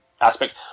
aspects